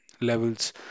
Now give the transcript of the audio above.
levels